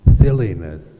silliness